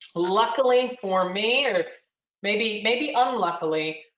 luckily for me or maybe maybe unluckily,